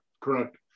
correct